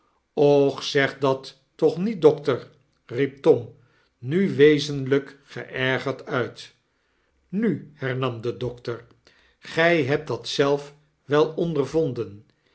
och zeg dat toch niet dokter i riep tom nu wezenl jk geergerd nit nu hernam de dokter gij hebt dat zelf wel ondervonden